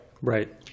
Right